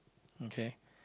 okay